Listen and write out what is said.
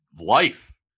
life